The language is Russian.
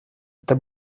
это